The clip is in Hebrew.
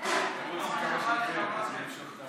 לרשותך בסך הכול 30 דקות,